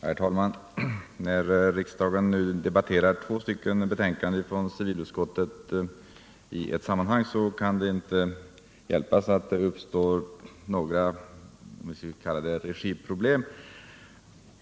Herr talman! När riksdagen nu debatterar två betänkanden från civilutskottet i ett sammanhang kan det inte hjälpas att det uppstår några — låt mig kalla det så — regiproblem.